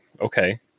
okay